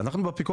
בגלל